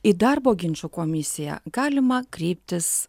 į darbo ginčų komisiją galima kreiptis